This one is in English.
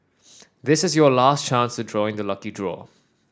this is your last chance to join the lucky draw